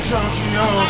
Tokyo